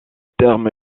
terme